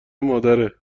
مادره